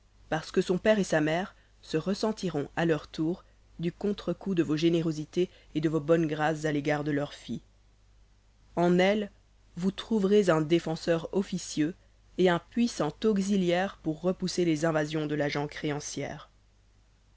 parce que son père et sa mère se ressentiront à leur tour du contre-coup de vos générosités et de vos bonnes grâces à l'égard de leur fille en elle vous trouverez un défenseur officieux et un puissant auxiliaire pour repousser les invasions de la gent créancière